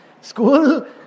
School